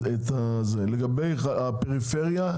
לגבי הפריפריה,